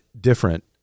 different